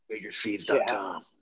MajorSeeds.com